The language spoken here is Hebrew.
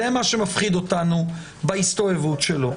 זה מה שמפחיד אותנו בהסתובבות שלו.